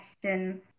question